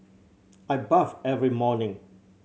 I bathe every morning